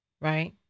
Right